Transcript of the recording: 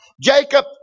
Jacob